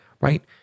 Right